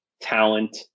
talent